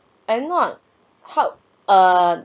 I'm not hard err